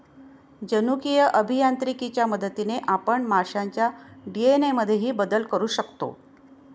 जनुकीय अभियांत्रिकीच्या मदतीने आपण माशांच्या डी.एन.ए मध्येही बदल करू शकतो